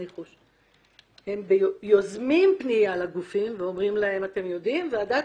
שהם יוזמים פנייה לגופים ואומרים להם שוועדת